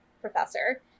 professor